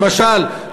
למשל,